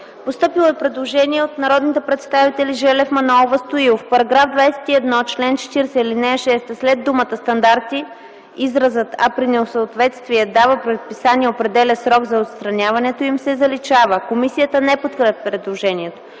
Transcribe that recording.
постъпило предложение от народните представители Желев, Манолова и Стоилов – в § 21, чл. 40, ал. 6 след думата „стандарти” изразът „а при несъответствие дава предписания и определя срок за отстраняването им” се заличават. Комисията не подкрепя предложението.